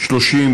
שפיר,